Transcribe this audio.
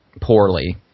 poorly